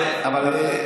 אבל הוא מסלף.